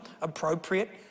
appropriate